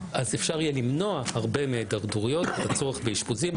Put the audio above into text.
אפשר יהיה למנוע הרבה מההתדרדרויות והצורך באשפוזים.